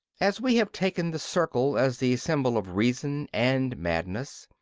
as we have taken the circle as the symbol of reason and madness,